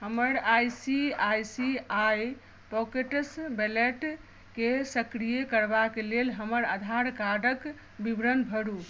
हमर आई सी आई सी आई pockets wallet केँ सक्रिय करबाक लेल हमर आधारकार्डक विवरण भरु